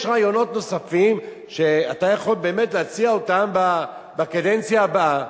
יש רעיונות נוספים שאתה יכול באמת להציע אותם בקדנציה הבאה,